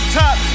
top